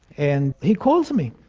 and he calls me,